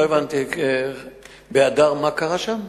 לא הבנתי, בהדר, מה קרה שם?